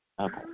Okay